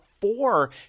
four